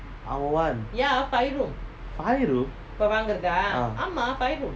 our one five room ah